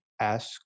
ask